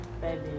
baby